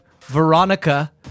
veronica